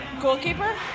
Goalkeeper